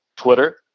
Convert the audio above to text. Twitter